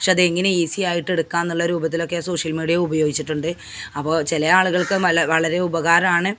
പക്ഷേ അതെങ്ങനെ ഈസിയായിട്ടെടുക്കാമെന്നുള്ള രൂപത്തിൽ ഒക്കെ സോഷ്യൽ മീഡിയ ഉപയോഗിച്ചിട്ടുണ്ട് അപ്പോൾ ചില ആളുകൾക്ക് വള വളരെ ഉപകാരമാണ്